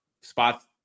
spots